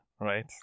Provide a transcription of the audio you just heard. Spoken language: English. right